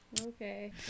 Okay